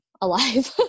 alive